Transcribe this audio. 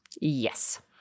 Yes